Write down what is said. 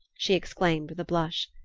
she exclaimed with a blush.